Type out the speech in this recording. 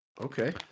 Okay